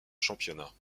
championnat